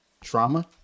trauma